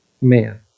man